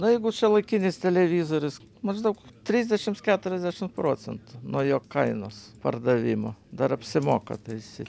na jeigu šiuolaikinis televizorius maždaug trisdešimt keturiasdešim procentų nuo jo kainos pardavimo dar apsimoka taisyt